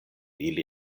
ili